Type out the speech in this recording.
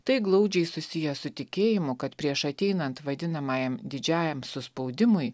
tai glaudžiai susiję su tikėjimu kad prieš ateinant vadinamajam didžiajam suspaudimui